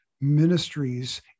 ministries